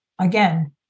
again